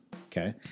okay